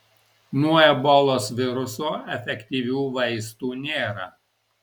nuo ebolos viruso efektyvių vaistų nėra